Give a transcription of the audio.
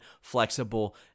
flexible